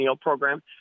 program